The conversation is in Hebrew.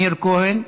מאיר כהן.